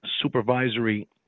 supervisory